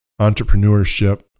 entrepreneurship